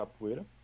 Capoeira